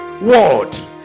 world